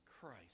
Christ